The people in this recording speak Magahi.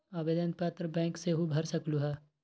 आवेदन पत्र बैंक सेहु भर सकलु ह?